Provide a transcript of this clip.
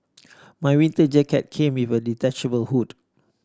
my winter jacket came with a detachable hood